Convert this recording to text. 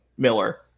Miller